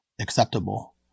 acceptable